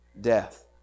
Death